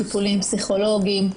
טיפולים פסיכולוגיים,